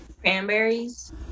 cranberries